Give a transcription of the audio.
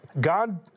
God